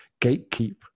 gatekeep